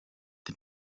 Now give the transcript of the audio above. den